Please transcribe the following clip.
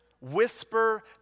whisper